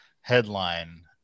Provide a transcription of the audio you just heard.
headline